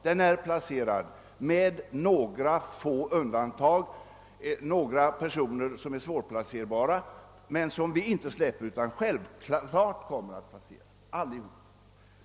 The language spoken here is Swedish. Den är placerad med undantag för några svårplacerade personer, som vi dock inte släpper, och vi kommer självfallet att placera alla.